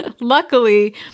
Luckily